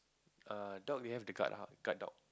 err dog we have the guard guard dog